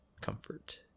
comfort